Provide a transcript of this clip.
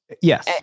yes